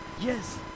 Yes